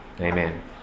Amen